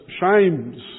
shames